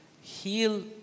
heal